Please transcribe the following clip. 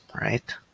right